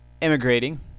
immigrating